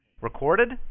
Recorded